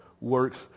works